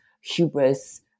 Hubris